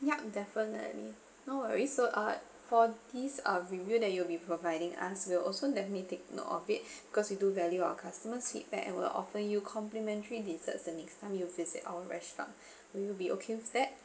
ya definitely no worries so uh for these uh reviews that you'll be providing us we'll also let me take note of it cause we do value our customer's feedback and we'll offer you complimentary desserts the next time you visit our restaurant will you be okay with that